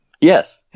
Yes